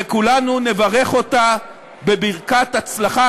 וכולנו נברך אותה בברכת הצלחה,